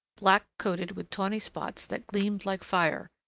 black-coated with tawny spots that gleamed like fire,